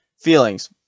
feelings